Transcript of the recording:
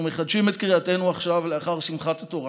אנחנו מחדשים את קריאתנו עכשיו, לאחר שמחת התורה,